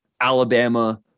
Alabama